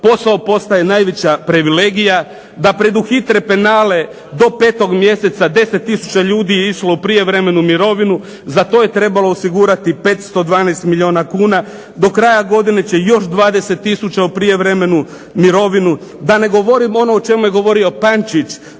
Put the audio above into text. posao postaje najveća privilegija, da preduhitre penale. Do 5. mjeseca 10 tisuća ljudi je išlo u prijevremenu mirovinu, za to je trebalo osigurati 512 milijuna kuna. Do kraja godine će još 20 tisuća u prijevremenu mirovinu. Da ne govorim ono o čemu je govorio Pančić,